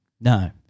No